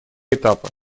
этапа